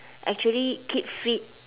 actually keep fit